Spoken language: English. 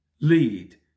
lead